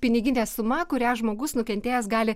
piniginė suma kurią žmogus nukentėjęs gali